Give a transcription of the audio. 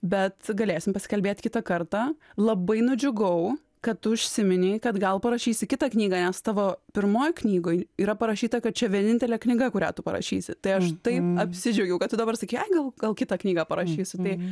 bet galėsim pasikalbėt kitą kartą labai nudžiugau kad tu užsiminei kad gal parašysi kitą knygą nes tavo pirmoj knygoj yra parašyta kad čia vienintelė knyga kurią tu parašysi tai aš taip apsidžiaugiau kad tu dabar sakei ai gal gal kitą knygą parašysiu tai